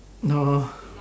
orh